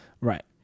right